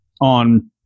on